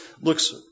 looks